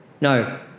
no